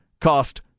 cost